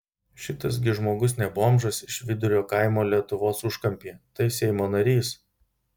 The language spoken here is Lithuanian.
šitas gi žmogus ne bomžas iš vidurio kaimo lietuvos užkampyje tai seimo narys